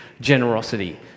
generosity